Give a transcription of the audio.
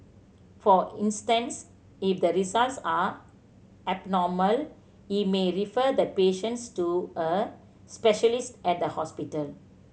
for instance if the results are abnormal he may refer the patients to a specialist at a hospital